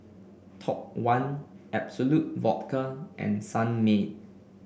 Top One Absolut Vodka and Sunmaid